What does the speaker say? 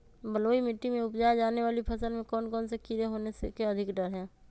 बलुई मिट्टी में उपजाय जाने वाली फसल में कौन कौन से कीड़े होने के अधिक डर हैं?